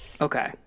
Okay